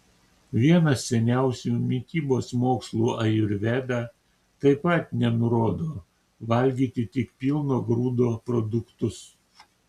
vienas seniausių mitybos mokslų ajurveda taip pat nenurodo valgyti tik pilno grūdo produktus